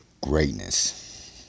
greatness